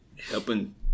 helping